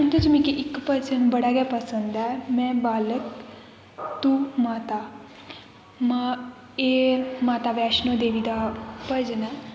उं'दे च मिगी इक भजन बड़ा गै पसंद ऐ में बालक तूं माता मां एह् माता वैष्णो देवी दा भजन ऐ